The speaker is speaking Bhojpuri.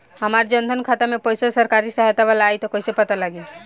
हमार जन धन खाता मे पईसा सरकारी सहायता वाला आई त कइसे पता लागी?